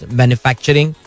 manufacturing